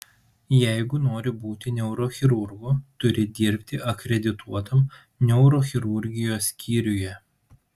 jeigu nori būti neurochirurgu turi dirbti akredituotam neurochirurgijos skyriuje